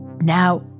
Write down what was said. Now